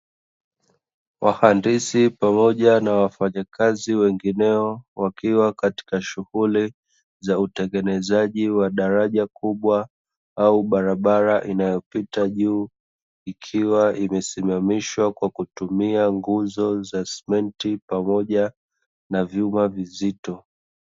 Wahandisi pamoja na wafanyakazi wengineo wakiwa katika shughuli za utengenezaji wa daraja kubwa au barabara inayopita juu, ikiwa imesimamishwa kwa kutumia nguzo za simenti pamoja na vyuma vizito.